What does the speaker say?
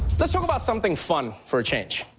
let's talk about something fun for a change.